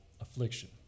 affliction